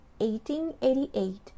1888